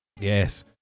Yes